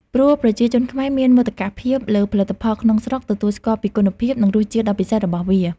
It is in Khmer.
ព្រោះប្រជាជនខ្មែរមានមោទកភាពលើផលិតផលក្នុងស្រុក ទទួលស្គាល់ពីគុណភាព និងរសជាតិដ៏ពិសេសរបស់វា។